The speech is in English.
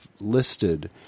listed